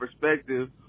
perspective